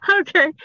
Okay